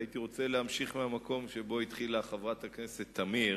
והייתי רוצה להמשיך מהמקום שבו התחילה חברת הכנסת תמיר,